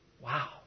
Wow